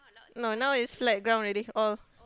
no now is flat ground already all